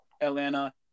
Atlanta